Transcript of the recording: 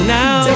now